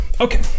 okay